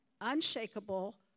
unshakable